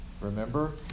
remember